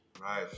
right